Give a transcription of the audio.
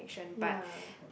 ya